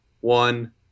one